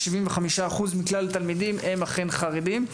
75% מכלל התלמידים הם אכן חרדים,